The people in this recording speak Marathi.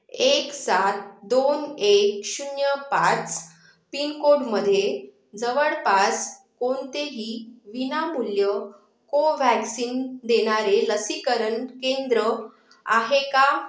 एक सात दोन एक शून्य पाच पिनकोडमध्ये जवळपास कोणतेही विनामूल्य कोव्हॅक्सिन देणारे लसीकरण केंद्र आहे का